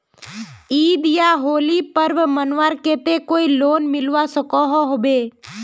ईद या होली पर्व मनवार केते कोई लोन मिलवा सकोहो होबे?